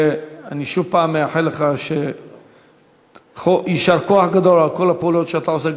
ואני שוב אומר לך יישר כוח גדול על כל הפעולות שאתה עושה,